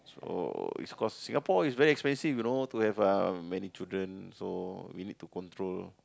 so it's cause Singapore is very expensive you know to have uh many children so we need to control